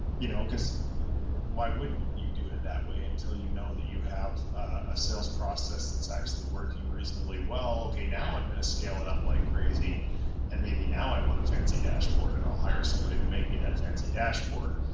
you know, because why wouldn't you do it that way until you know that you have a sales process that's actually working reasonably well. okay, now i'm going to scale it up like crazy and maybe now i want a fancy dashboard and i'll hire somebody to make me that fancy dashboard.